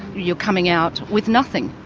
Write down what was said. you're coming out with nothing,